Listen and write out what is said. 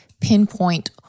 pinpoint